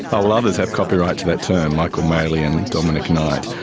ah ah others have copyright to that term, michael maley and dominic knight,